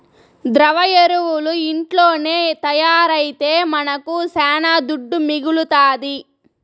ద్రవ ఎరువులు ఇంట్లోనే తయారైతే మనకు శానా దుడ్డు మిగలుతాది